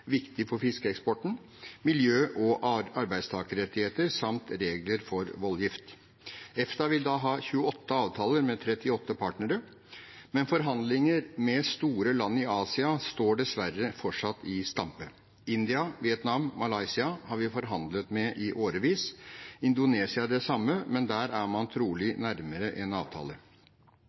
viktig for fiskeeksporten – miljøregler og arbeidstakerrettigheter, samt regler for voldgift. EFTA vil da ha 28 avtaler med 38 partnere, men forhandlinger med store land i Asia står dessverre fortsatt i stampe. India, Vietnam og Malaysia har vi forhandlet med i årevis, Indonesia det samme, men der er man trolig nærmere en avtale.